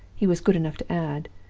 he was good enough to add,